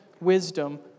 wisdom